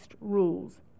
rules